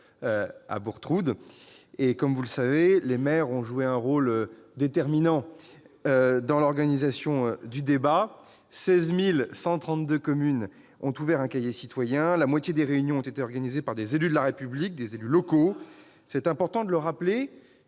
a commencé. Comme vous le savez, les maires ont joué un rôle déterminant dans l'organisation du grand débat : 16 132 communes ont ouvert un cahier citoyen, et la moitié des réunions ont été organisées par des élus de la République, des élus locaux. C'est important de le rappeler,